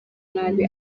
nabi